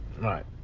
Right